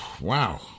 Wow